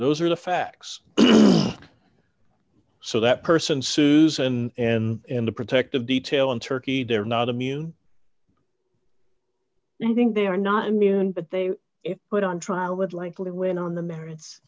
those are the facts so that person susan and the protective detail in turkey they're not immune and i think they are not immune but they put on trial would likely win on the merits